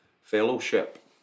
fellowship